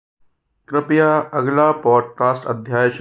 कृपया अगला पॉडकास्ट अध्याय शुरू करें